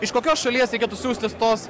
iš kokios šalies reikėtų siųstis tos